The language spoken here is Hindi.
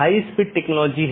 यह चीजों की जोड़ता है